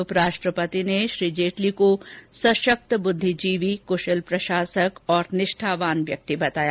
उपराष्ट्रपति ने श्री जेटली को संशक्त बुद्धिजीवी कुशल प्रशासक और निष्ठावान व्यक्ति बताया